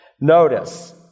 Notice